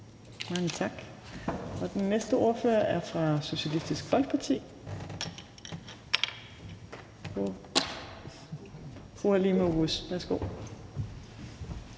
bemærkninger. Den næste ordfører er fra Socialistisk Folkeparti. Fru Halime Oguz, værsgo.